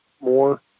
more